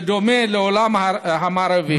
בדומה לעולם המערבי,